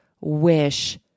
wish